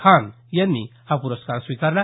खान यांनी हा प्रस्कार स्वीकारला